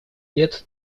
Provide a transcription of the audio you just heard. лет